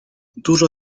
dużo